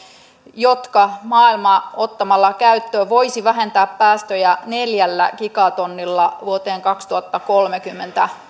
jotka ottamalla käyttöön maailma voisi vähentää päästöjä neljällä gigatonnilla vuoteen kaksituhattakolmekymmentä